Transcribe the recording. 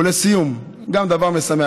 ולסיום, גם דבר משמח.